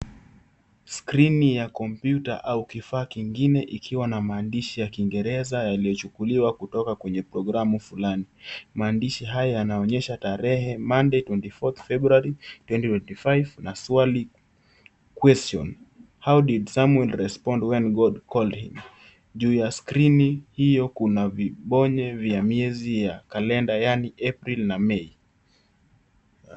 Skrini ya komputa na kifaa kingine, ikiwa na maandishi ya kingereza yaliyochukuliwa kutoka kwenye programu fulani. Maandishi haya yanaonyesha tarehe, Monday 24 February 2025 na swali. question, how did Samuel respond when God called him? Juu ya Skrini hiyo kuna vibonye vya miezi ya kalenda